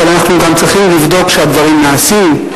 אבל אנחנו גם צריכים לבדוק שהדברים נעשים,